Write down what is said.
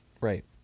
right